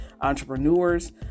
entrepreneurs